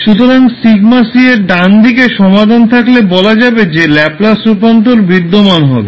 সুতরাং σc এর ডান দিকে সমাধান থাকলে বলা যাবে যে ল্যাপলাস রূপান্তর বিদ্যমান হবে